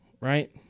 right